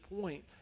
point